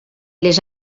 les